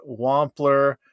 Wampler